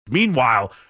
Meanwhile